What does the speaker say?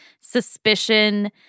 suspicion